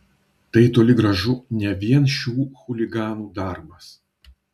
tai toli gražu ne vien šių chuliganų darbas